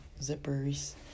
zippers